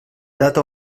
data